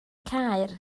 caer